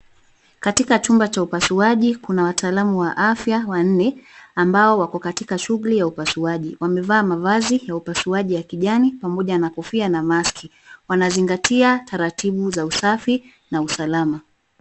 Katika chumba cha upasuaji kuna wataalamu wa afya wanne, ambao wako katika shughuli ya upasuaji. Wamevaa mavazi ya upasuaji ya kijani, pamoja na kofia na maski. Wanazingatia taratibu za usafi, na usalama.